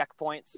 checkpoints